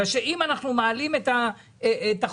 אם אנחנו מעלים את החודשים,